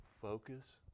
focus